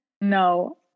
No